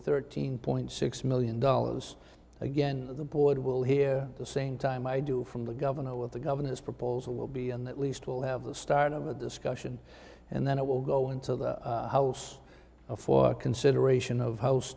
thirteen point six million dollars again the board will hear the same time i do from the governor with the governor's proposal will be and at least will have the start of a discussion and then it will go into the house for consideration of house